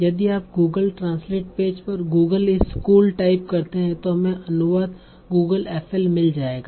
यदि आप Google translate page पर गूगल इस कूल टाइप करते हैं तो हमें अनुवाद गूगल FL मिल जायेगा